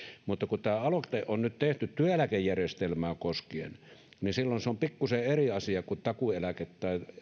mutta kun tämä aloite on nyt tehty työeläkejärjestelmää koskien niin silloin se on pikkusen eri asia kuin takuueläke